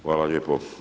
Hvala lijepo.